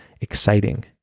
exciting